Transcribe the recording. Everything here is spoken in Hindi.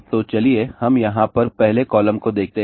तो चलिए हम यहाँ पर पहले कॉलम को देखते हैं